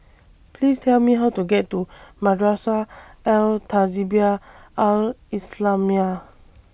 Please Tell Me How to get to Madrasah Al Tahzibiah Al Islamiah